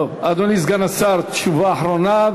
אדוני סגן השר, תשובה אחרונה.